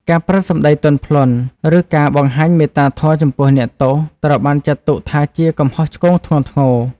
ការប្រើសម្ដីទន់ភ្លន់ ឬការបង្ហាញមេត្តាធម៌ចំពោះអ្នកទោស ត្រូវបានចាត់ទុកថាជាកំហុសឆ្គងធ្ងន់ធ្ងរ។